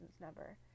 number